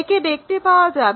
একে দেখতে পাওয়া যাবে